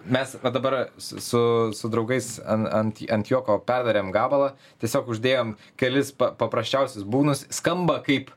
mes va dabar su su draugais an ant ant juoko perdarėm gabalą tiesiog uždėjom kelis pa paprasčiausius būgnus skamba kaip